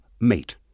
Mate